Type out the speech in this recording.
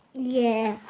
yeah.